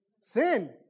Sin